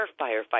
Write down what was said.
firefighters